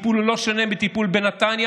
הטיפול הוא לא שונה מטיפול בנתניה,